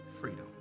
freedom